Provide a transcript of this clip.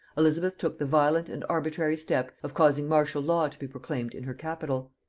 elizabeth took the violent and arbitrary step of causing martial law to be proclaimed in her capital.